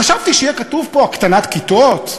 חשבתי שיהיה כתוב פה הקטנת כיתות,